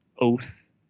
oath